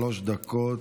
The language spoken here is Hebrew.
שלוש דקות,